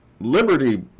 liberty